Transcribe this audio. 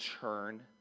churn